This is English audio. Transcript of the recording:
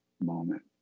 moment